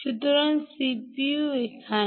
সুতরাং সিপিইউ এখানে